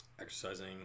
exercising